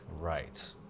Right